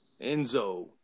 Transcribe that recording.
Enzo